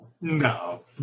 No